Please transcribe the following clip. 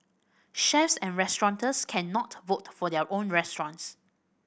chefs and restaurateurs cannot vote for their own restaurants